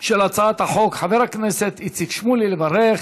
של הצעת החוק, חבר הכנסת איציק שמולי, לברך